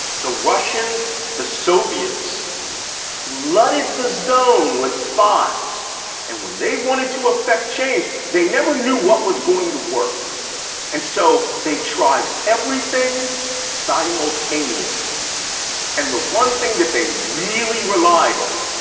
the russians, the soviets flooded the zone with spies and when they wanted to affect change, they never knew what was going to work and so they tried everything simultaneously and the one thing that they really relied on,